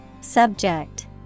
Subject